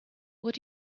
what